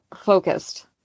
focused